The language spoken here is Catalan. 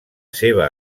seva